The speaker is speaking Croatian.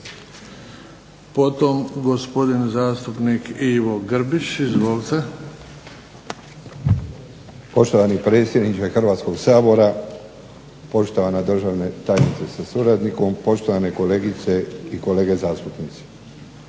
Potom gospodin zastupnik Ivo Grbić. Izvolite. **Grbić, Ivo (HDZ)** Poštovani predsjedniče Hrvatskog sabora, poštovana državna tajnice sa suradnikom, poštovane kolegice i kolege zastupnici.